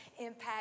impact